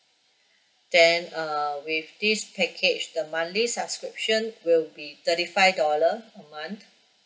then err with this package the monthly subscription will be thirty five dollar a month